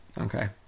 okay